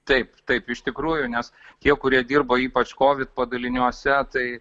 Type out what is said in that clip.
taip taip iš tikrųjų nes tie kurie dirba ypač covid padaliniuose tai